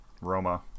roma